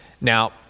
Now